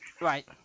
Right